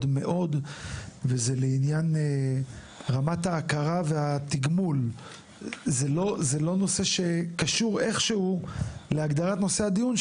וזה לעניין רמת ההכרה והתגמול; זה לא נושא שקשור איכשהו לנושא הדיון,